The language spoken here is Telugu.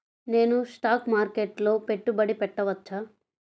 నేను స్టాక్ మార్కెట్లో పెట్టుబడి పెట్టవచ్చా?